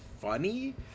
funny